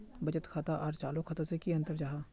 बचत खाता आर चालू खाता से की अंतर जाहा?